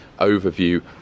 overview